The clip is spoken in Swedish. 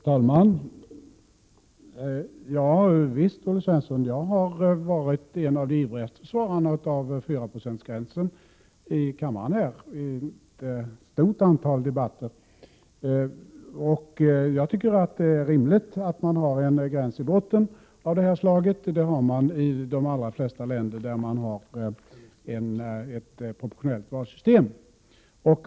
Herr talman! Visst har jag vid ett stort antal debatter i denna kammare varit en av de ivrigaste försvararna av 4-procentsgränsen, Olle Svensson. Jag tycker att det är rimligt att man har en gräns i botten av detta slag — detta har mani de allra flesta länder som har ett proportionellt valsystem.